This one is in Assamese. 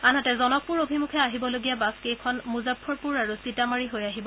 আনহাতে জনকপুৰ অভিমুখে আহিবলগীয়া বাছকেইখন মূজাফ্ফৰপুৰ আৰু চিতামাৰী হৈ আহিব